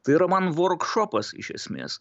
tai yra man vorkšopas iš esmės